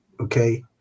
Okay